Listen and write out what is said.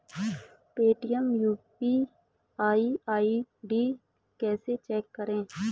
Paytm UPI ID कैसे change करें?